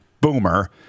Boomer